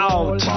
Out